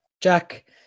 Jack